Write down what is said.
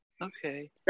Okay